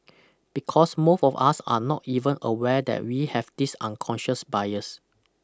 because most of us are not even aware that we have this unconscious bias